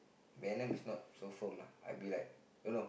venom is not so firm uh I'll be like don't know